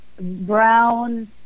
Brown